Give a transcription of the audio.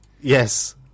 Yes